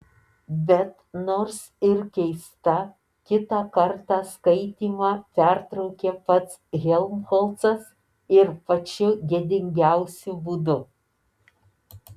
bet nors ir keista kitą kartą skaitymą pertraukė pats helmholcas ir pačiu gėdingiausiu būdu